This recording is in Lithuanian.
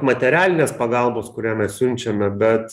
materialinės pagalbos kurią mes siunčiame bet